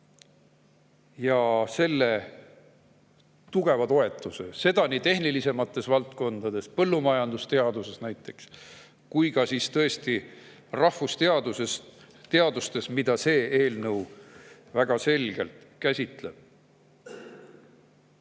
ja selle tugeva toetamise – seda nii tehnilisemates valdkondades, põllumajandusteaduses näiteks, kui ka tõesti rahvusteadustes, mida see eelnõu väga selgelt [silmas